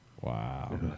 Wow